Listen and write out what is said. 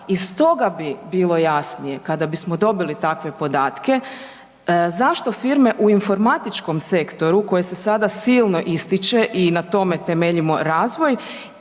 i stoga bi bilo jasnije kada bismo dobili takve podatke zašto firme u informatičkom sektoru koji se sada silno ističe i na tome temeljimo razvoj